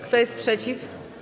Kto jest przeciw?